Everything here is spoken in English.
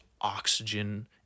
oxygen